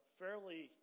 fairly